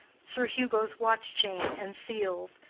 sir hugo's watch-chain and seals,